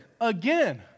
Again